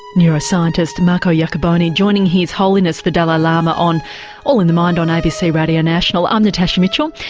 neuroscientist marco iacoboni joining his holiness the dalai lama on all in the mind on abc radio national, i'm natasha mitchell,